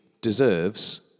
deserves